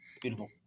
Beautiful